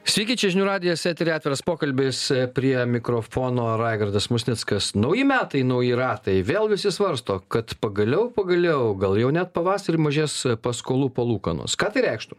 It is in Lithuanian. sveiki čia žinių radijas eteryje atviras pokalbis prie mikrofono raigardas musnickas nauji metai nauji ratai vėl visi svarsto kad pagaliau pagaliau gal jau net pavasarį mažės paskolų palūkanos ką tai reikštų